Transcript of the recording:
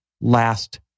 last